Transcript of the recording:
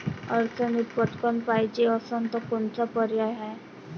अडचणीत पटकण पायजे असन तर कोनचा पर्याय हाय?